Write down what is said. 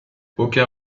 aucun